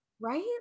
right